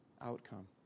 outcome